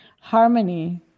harmony